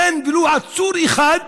אין ולו עצור אחד